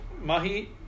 Mahi